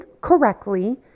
correctly